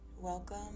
Welcome